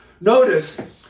Notice